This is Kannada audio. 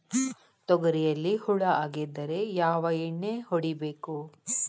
ತೊಗರಿಯಲ್ಲಿ ಹುಳ ಆಗಿದ್ದರೆ ಯಾವ ಎಣ್ಣೆ ಹೊಡಿಬೇಕು?